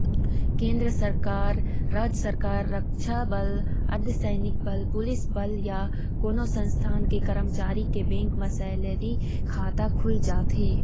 केंद्र सरकार, राज सरकार, रक्छा बल, अर्धसैनिक बल, पुलिस बल या कोनो संस्थान के करमचारी के बेंक म सेलरी खाता खुल जाथे